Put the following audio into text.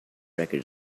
record